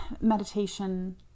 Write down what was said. meditation